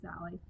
alley